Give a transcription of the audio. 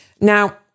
Now